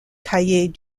cahiers